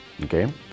Okay